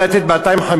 אולי לתת 250,